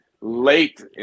late